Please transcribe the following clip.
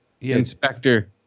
Inspector